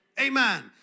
Amen